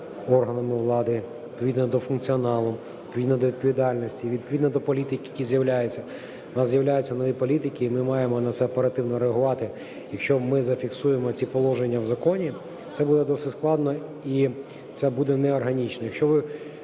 органами влади відповідно до функціоналу, відповідно до відповідальності і відповідно до політик, які з'являються. У нас з'являються нові політики, і ми маємо на це оперативно реагувати. Якщо ми зафіксуємо ці положення в законі, це буде досить складно і це буде неорганічно.